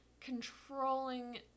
controlling